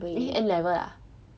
!ee! N level lah